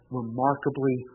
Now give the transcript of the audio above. remarkably